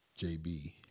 JB